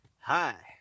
Hi